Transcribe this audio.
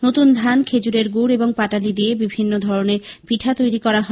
নতুন ধানখেজুরের গুড় এবং পাটালি দিয়ে বিভিন্ন ধরনের পিঠা তৈরি করা হয়